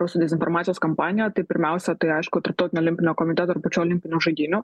rusų dezinformacijos kampanija tai pirmiausia tai aišku tarptautinio olimpinio komiteto ir pačių olimpinių žaidynių